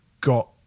got